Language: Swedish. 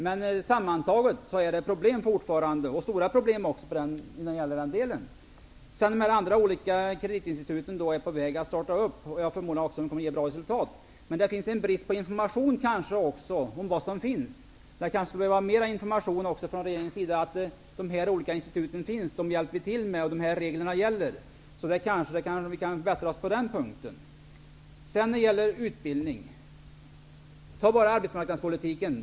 Men sammantaget är det fortfarande problem, och de är stora. Andra olika kreditinstitut är på väg att starta. Jag förmodar att de också kommer att ge bra resultat. Men det kanske är brist på information om vad som finns. Kanske regeringen behövde informera om att dessa olika institut finns, att vi hjälper till med dem och att dessa regler gäller. Vi kanske kan bättra oss på den punkten. Så några ord om utbildning. Ta bara arbetsmarknadspolitiken.